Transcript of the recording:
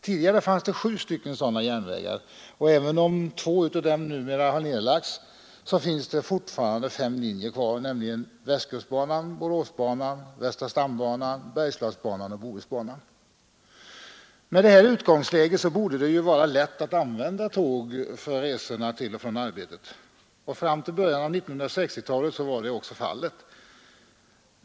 Tidigare fanns det sju stycken sådana järnvägar, och även om två av dem numera har nedlagts finns det fortfarande fem linjer kvar, nämligen Västkustbanan, Boråsbanan, Västra stambanan, Bergslagsbanan och Bohusbanan. Med detta utgångsläge borde det ju vara lätt att använda tåg för resor till och från arbetet. Fram till början av 1960-talet var så också fallet.